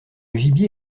gibier